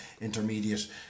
intermediate